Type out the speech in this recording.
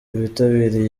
abitabiriye